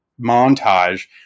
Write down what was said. montage